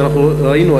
ואנחנו ראינו,